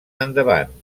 endavant